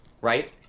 right